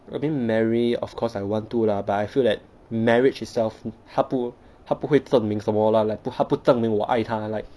I think marry of course I want to lah but I feel that marriage itself 它不它不会证明什么 lah like 它不会证明我爱他 like